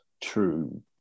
true